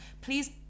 please